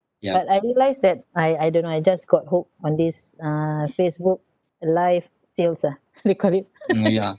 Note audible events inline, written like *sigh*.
but I realised that I I don't know I just got hooked on this uh Facebook live sales ah they call it *laughs*